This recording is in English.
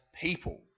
people